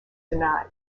denied